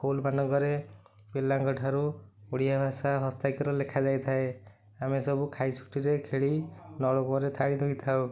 school ମାନଙ୍କରେ ପିଲାଙ୍କ ଠାରୁ ଓଡ଼ିଆ ଭାଷା ହସ୍ତାକ୍ଷର ଲେଖା ଯାଇଥାଏ ଆମେ ସବୁ ଖାଇଛୁଟିରେ ଖେଳି ନଳକୂଅରେ ଥାଳି ଧୋଇଥାଉ